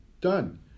done